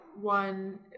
one